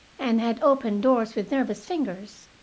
and had opened doors with nervous fingers,